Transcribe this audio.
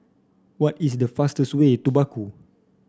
what is the fastest way to Baku